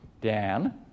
Dan